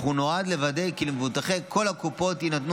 אך הוא נועד לוודא כי למבוטחי כל הקופות ייתנו